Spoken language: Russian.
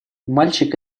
мальчик